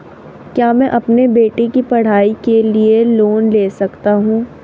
क्या मैं अपने बेटे की पढ़ाई के लिए लोंन ले सकता हूं?